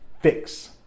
fix